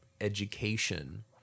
education